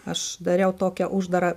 aš dariau tokią uždarą